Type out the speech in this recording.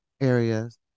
areas